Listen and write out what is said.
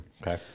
Okay